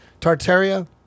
tartaria